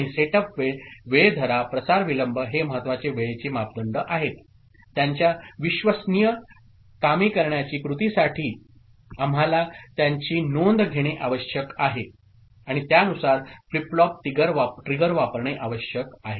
आणि सेटअप वेळ वेळ धरा प्रसार विलंब हे महत्त्वाचे वेळेचे मापदंड आहेत त्यांच्या विश्वसनीय कामे करण्याची कृतीसाठी आम्हाला त्यांची नोंद घेणे आवश्यक आहे आणि त्यानुसार फ्लिप फ्लॉप ट्रिगर वापरणे आवश्यक आहे